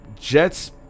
Jets